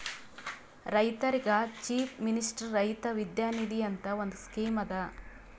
ರೈತರಿಗ್ chief minister Raitha Vidya Nidhi ಅಂತ್ ಒಂದ್ ಸ್ಕೀಮ್ ಅದಾ